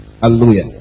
Hallelujah